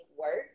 work